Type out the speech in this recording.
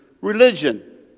religion